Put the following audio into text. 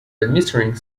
administering